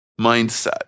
mindset